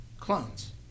Clones